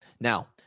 Now